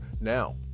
Now